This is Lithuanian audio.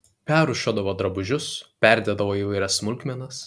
perrūšiuodavo drabužius perdėdavo įvairias smulkmenas